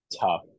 tough